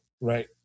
right